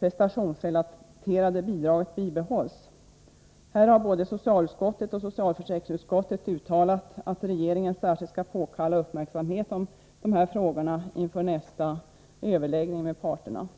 prestationsrelaterade bidraget bibehålls. Här har både socialutskottet och socialförsäkringsutskottet uttalat att regeringen särskilt skall påkalla uppmärksamhet om dessa frågor inför nästa överläggning med parterna.